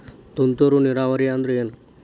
ತುಂತುರು ನೇರಾವರಿ ಅಂದ್ರ ಏನ್?